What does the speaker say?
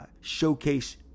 showcase